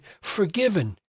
forgiven